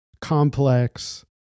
complex